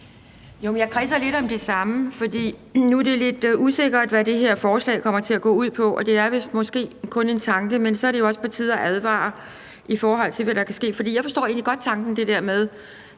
Jeg kredser lidt om det samme. Nu er det lidt usikkert, hvad det her forslag kommer til at gå ud på, og det er vist kun en tanke, men så er det jo også på tide at advare mod, hvad der kan ske. Jeg forstår egentlig godt tanken om det der med,